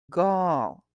gall